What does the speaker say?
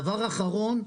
דבר אחרון,